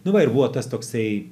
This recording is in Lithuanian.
nu va ir buvo tas toksai